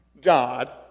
God